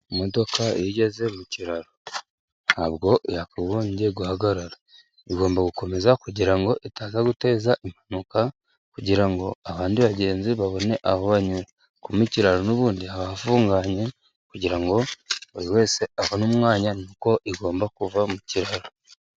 Imodoka igeze mu kiraro ntabwo yakagombye guhagarara, igomba gukomeza kugira ngo itaza guteza impanuka, kugirango abandi bagenzi babone aho banyura, kuko mu kiraro n'ubundi haba hafunganye, kugira ngo buri wese abone umwanya ni uko igomba kuva mu kiraro.